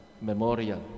memorial